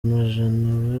amajana